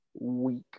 week